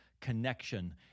connection